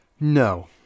No